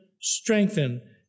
strengthen